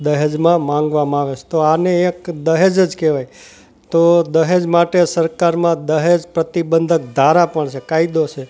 દહેજમાં માંગવામાં આવે છે તો આને એક દહેજ જ કહેવાય તો દહેજ માટે સરકારમાં દહેજ પ્રતિબંધક ધારા પણ છે કાયદો છે